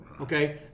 Okay